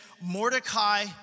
Mordecai